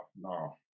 no